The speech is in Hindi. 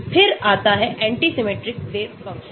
फिर आता है एंटी सिमेट्रिक वेव फंक्शन